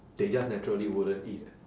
they just naturally wouldn't eat